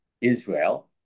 Israel